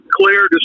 clear